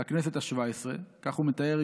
לכנסת השבע-עשרה" כך הוא מתאר את